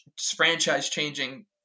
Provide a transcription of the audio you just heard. franchise-changing